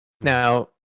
Now